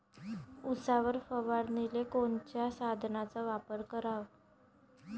उसावर फवारनीले कोनच्या साधनाचा वापर कराव?